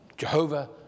Jehovah